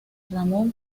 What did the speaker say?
ramón